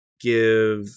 give